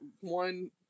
one